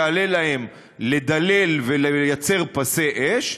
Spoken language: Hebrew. מה שיעלה להם לדלל ולייצר פסי אש,